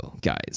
guys